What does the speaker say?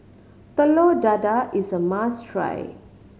Telur Dadah is a must try